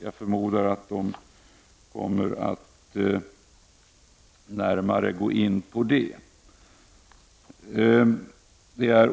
Jag förmodar att de kommer att närmare gå in på detta.